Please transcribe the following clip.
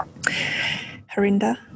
Harinda